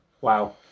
Wow